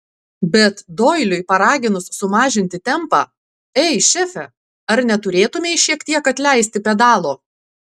bet doiliui paraginus sumažinti tempą ei šefe ar neturėtumei šiek tiek atleisti pedalo